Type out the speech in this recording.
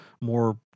more